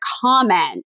comment